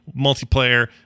Multiplayer